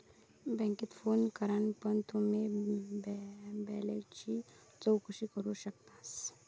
बॅन्केत फोन करान पण तुम्ही बॅलेंसची चौकशी करू शकतास